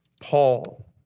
Paul